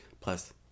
Plus